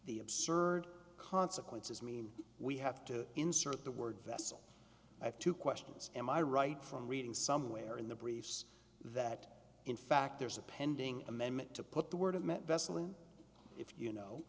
the absurd consequences mean we have to insert the word of two questions am i right from reading somewhere in the briefs that in fact there's a pending amendment to put the word of if you